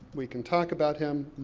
we can talk about him,